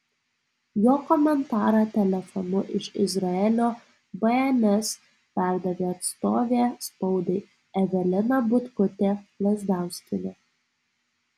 jo komentarą telefonu iš izraelio bns perdavė atstovė spaudai evelina butkutė lazdauskienė